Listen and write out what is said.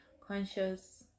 conscious